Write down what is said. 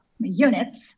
units